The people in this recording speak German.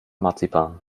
marzipan